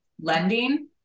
lending